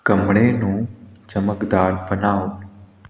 ਕਮਰੇ ਨੂੰ ਚਮਕਦਾਰ ਬਣਾਓ